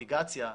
למיטיגציה,